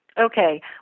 Okay